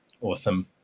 Awesome